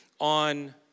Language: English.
on